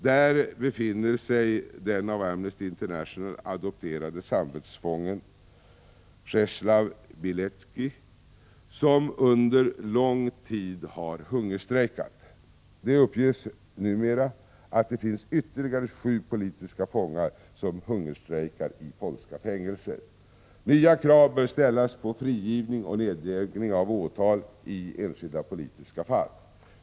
Där befinner sig den av Amnesty International adopterade samvetsfången Czeslaw Bielecki, som under lång tid har hungerstrejkat. Det uppges att det numera finns ytterligare sju politiska fångar som hungerstrejkar i polska fängelser. Nya krav bör ställas på frigivning och nedläggning av åtal i enskilda politiska fall.